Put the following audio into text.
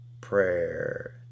prayer